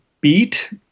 beat